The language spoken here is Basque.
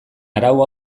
arau